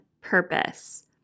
purpose